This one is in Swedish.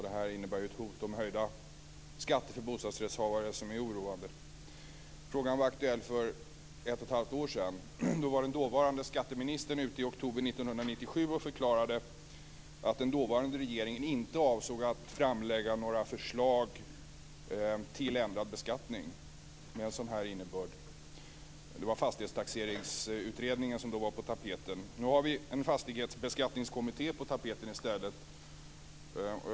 Detta innebär ett hot om höjda skatter för bostadsrättsinnehavare som är oroande. Frågan var aktuell för ett och ett halvt år sedan. I oktober 1997 förklarade den dåvarande skatteministern att regeringen inte avsåg att framlägga några förslag om ändrad beskattning med en sådan innebörd. Det var fastighetstaxeringsutredningen som då var på tapeten. Nu har vi en fastighetsbeskattningskommitté på tapeten i stället.